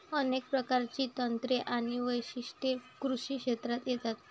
अनेक प्रकारची तंत्रे आणि वैशिष्ट्ये कृषी क्षेत्रात येतात